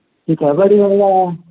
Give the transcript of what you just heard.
ఈ కబడ్డీ అనగా